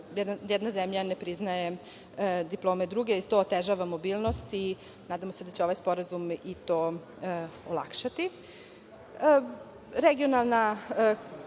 jedna zemlja ne priznaje diplome druge i to otežava mobilnost. Nadamo se da će ovaj sporazum to olakšati. Ne